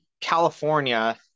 California